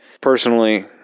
Personally